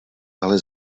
ale